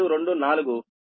1724 j0